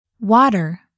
water